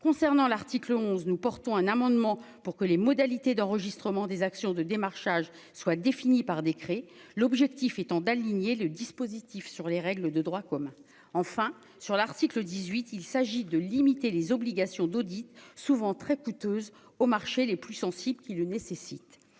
concernant l'article 11 nous portons un amendement pour que les modalités d'enregistrement des actions de démarchage soit défini par décret, l'objectif étant d'aligner le dispositif sur les règles de droit commun, enfin sur l'article 18, il s'agit de limiter les obligations d'audit souvent très coûteuses au marché les plus sensibles qui le nécessitent,